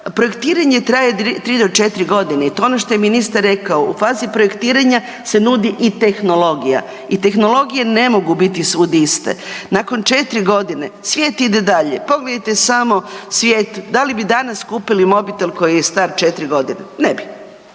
projektiranje traje tri do četiri godine i to je ono što je ministar rekao u fazi projektiranja se nudi i tehnologija i tehnologije ne mogu biti svud iste. Nakon četiri godine svijet ide dalje, pogledajte samo svijet da li bi danas kupili mobitel koji je star četiri godine? Ne bi,